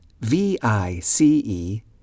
V-I-C-E